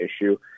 issue